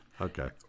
Okay